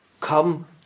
come